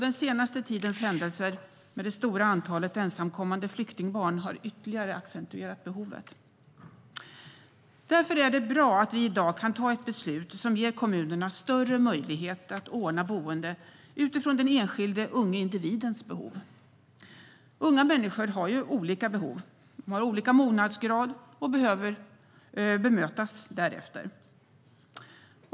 Den senaste tidens händelser med det stora antalet ensamkommande flyktingbarn har ytterligare accentuerat behovet. Därför är det bra att vi i dag kan fatta ett beslut som ger kommunerna större möjligheter att ordna boende utifrån den enskilde unge individens behov. Unga människor har olika behov, har olika mognadsgrad och behöver bemötas därefter.